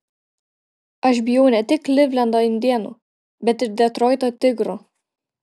aš bijau ne tik klivlendo indėnų bet ir detroito tigrų